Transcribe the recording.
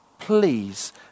Please